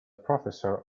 professor